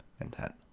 intent